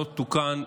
לא תוקן,